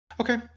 Okay